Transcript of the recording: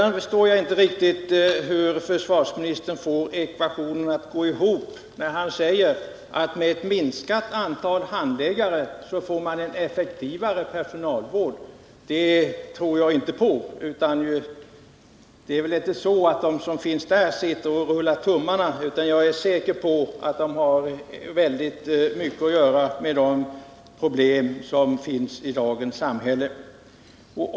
Jag förstår inte riktigt hur försvarsministern får ekvationen att gå ihop när han säger att man med ett minskat antal handläggare får en effektivare personalvård. Det tror jag inte på. De som arbetar inom detta område sitter inte och rullar tummarna — jag är säker på att de har mycket att göra med tanke på de problem som finns i dagens samhälle.